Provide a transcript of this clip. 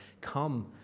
come